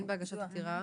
אין בהגשת עתירה